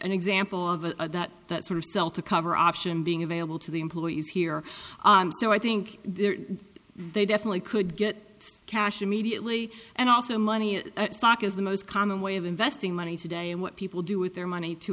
an example of a that sort of sell to cover option being available to the employees here so i think they definitely could get cash immediately and also money stock is the most common way of investing money today and what people do with their money to